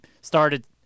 started